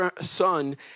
son